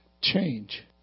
change